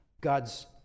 God's